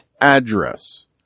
address